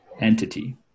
entity